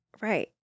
Right